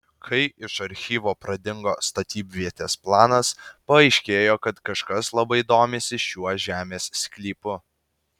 kai iš archyvo pradingo statybvietės planas paaiškėjo kad kažkas labai domisi šiuo žemės sklypu